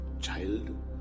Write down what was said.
Child